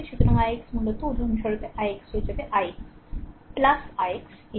সুতরাং ix মূলত উদাহরণস্বরূপ ix হয়ে যাবে ix ' ix' ' এটি